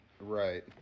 Right